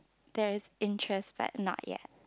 there is interest but not yet